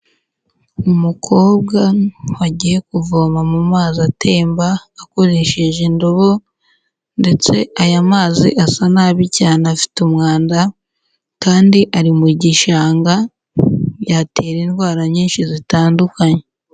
Umukobwa wagiye kuvoma mu mazi atemba akoresheje indobo ndetse aya mazi asa nabi cyane afite umwanda kandi ari mu gishanga yatera indwara nyinshi zitandukanye.